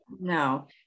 no